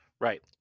Right